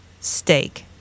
Steak